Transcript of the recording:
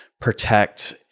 protect